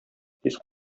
тиз